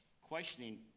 questioning